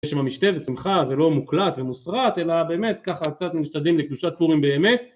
בשם המשתה ושמחה זה לא מוקלט ומוסרט אלא באמת ככה קצת משתדלים לקדושת פורים באמת